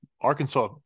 Arkansas